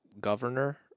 governor